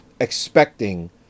expecting